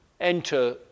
enter